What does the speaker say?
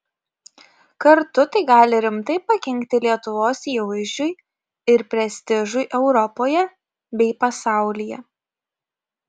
kartu tai gali rimtai pakenkti lietuvos įvaizdžiui ir prestižui europoje bei pasaulyje